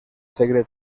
segle